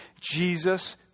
Jesus